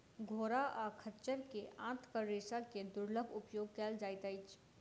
घोड़ा आ खच्चर के आंतक रेशा के दुर्लभ उपयोग कयल जाइत अछि